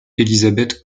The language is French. elizabeth